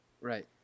Right